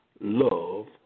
love